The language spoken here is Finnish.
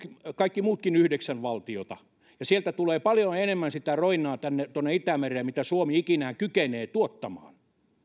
kaikki muutkin yhdeksän valtiota ja sieltä tulee paljon enemmän sitä roinaa tuonne tuonne itämereen kuin mitä suomi ikinä kykenee tuottamaan